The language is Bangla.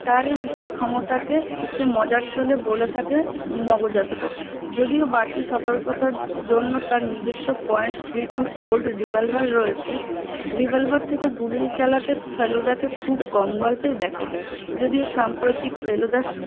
তার এই বিশেষ ক্ষমতাকে সে মজার ছলে বলে থাকে মগজাস্ত্র যদিও বাড়তি সতর্কতার জন্য তার নিজস্ব point three two Colt revolver রয়েছে রিভলভার থেকে গুলি চালাতে ফেলুদাকে খুব কম গল্পেই দেখা যায় যদিও সাম্প্রতিক ফেলুদা স